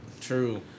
true